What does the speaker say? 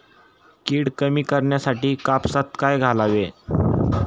कीड कमी करण्यासाठी कापसात काय घालावे?